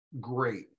great